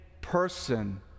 person